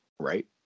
Right